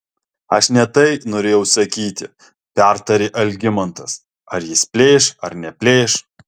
aš ne tai norėjau sakyti pertarė algimantas ar jis plėš ar neplėš